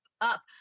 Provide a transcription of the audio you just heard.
up